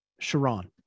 Sharon